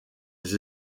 les